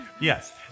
Yes